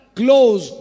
close